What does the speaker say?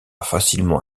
facilement